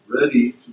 ready